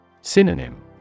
Synonym